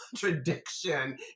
contradiction